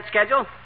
schedule